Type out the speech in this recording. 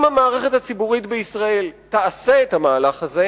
אם המערכת הציבורית בישראל תעשה את המהלך הזה,